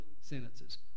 sentences